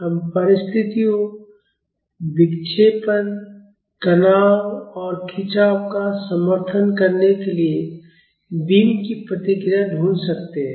हम परिस्थितियों विक्षेपण तनाव और खिंचाव का समर्थन करने के लिए बीम की प्रतिक्रियाएँ ढूंढ सकते हैं